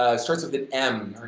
ah starts with an m,